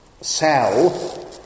sell